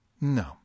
No